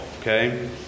Okay